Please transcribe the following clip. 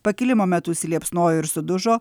pakilimo metu užsiliepsnojo ir sudužo